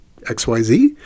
xyz